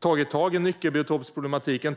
tagit tag i nyckelbiotopsproblematiken.